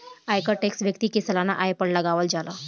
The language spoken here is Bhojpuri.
आयकर टैक्स व्यक्ति के सालाना आय पर लागावल जाला